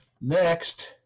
Next